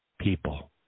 people